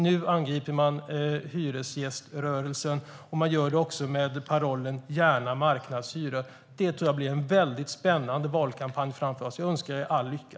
Nu angriper man hyresgäströrelsen. Man gör det med parollen: Gärna marknadshyror! Det blir en spännande valkampanj framför oss. Jag önskar er all lycka.